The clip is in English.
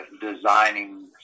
designing